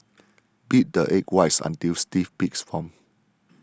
beat the egg whites until stiff peaks form